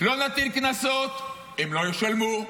לא נטיל קנסות, הם לא ישלמו,